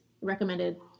Recommended